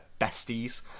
besties